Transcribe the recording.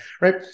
right